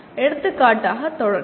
எடுத்துக்காட்டாக "தொடர்ச்சி"